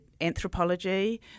Anthropology